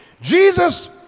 Jesus